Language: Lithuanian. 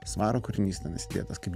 svaro kūrinys kietas kaip